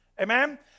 amen